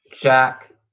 Jack